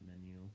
menu